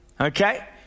Okay